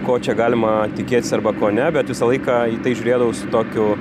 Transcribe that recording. ko čia galima tikėtis arba kone bet visą laiką į tai žiūrėdavau su tokiu